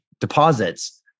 deposits